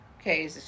Okay